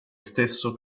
stesso